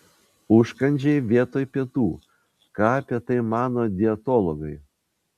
užkandžiai vietoj pietų ką apie tai mano dietologai